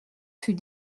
fut